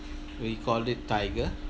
we called it tiger